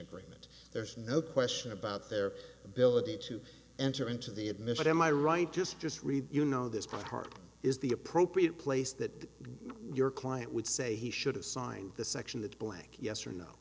agreement there's no question about their ability to enter into the admission am i right just just read you know this part is the appropriate place that your client would say he should have signed the section that blank yes or no